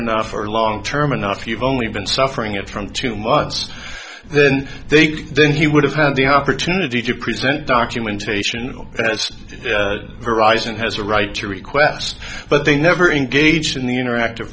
enough or long term enough you've only been suffering it from two months then they could then he would have had the opportunity to present documentation arise and has a right to request but they never engaged in the interactive